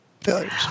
failures